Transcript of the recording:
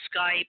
Skype